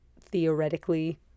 theoretically